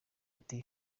ati